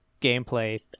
gameplay